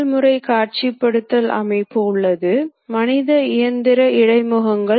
இவை விளிம்பு அமைப்புகள் என்று அழைக்கப்படுகின்றன